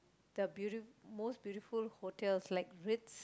the beauti~ most beautiful hotels like Ritz